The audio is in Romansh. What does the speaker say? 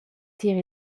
tier